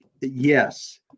Yes